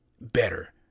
better